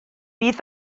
bydd